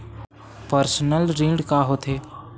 Personal ऋण का होथे?